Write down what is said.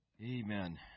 Amen